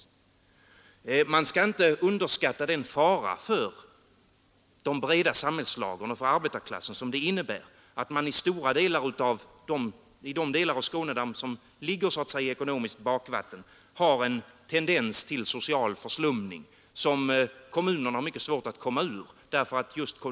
Man skall inte underskatta den fara för de breda samhällslagren och för arbetarklassen som det innebär att det i de delar av Skåne som ligger så att säga i ekonomiskt bakvatten finns en tendens till social förslumning, som kommunerna har mycket svårt att komma ur.